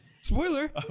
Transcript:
Spoiler